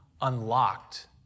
unlocked